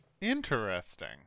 Interesting